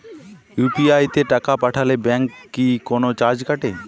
UPI তে টাকা পাঠালে ব্যাংক কি কোনো চার্জ কাটে?